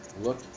Look